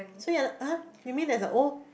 so you're uh you mean there's a old